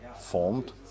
formed